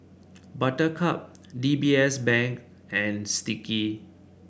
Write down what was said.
Buttercup D B S Bank and Sticky